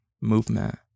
movement